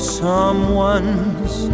someone's